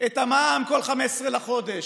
את המע"מ כל 15 בחודש,